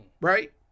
Right